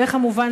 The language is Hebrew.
וכמובן,